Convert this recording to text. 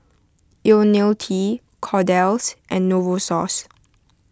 Ionil T Kordel's and Novosource